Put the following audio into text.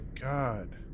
God